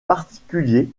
particulier